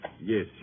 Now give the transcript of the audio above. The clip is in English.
yes